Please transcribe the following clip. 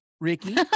ricky